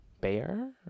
Bear